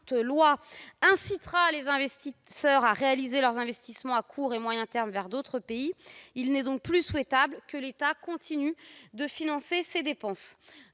incitera les investisseurs à orienter leurs investissements à court et moyen terme vers d'autres pays. Il n'est donc plus souhaitable que l'État continue de financer ces dépenses.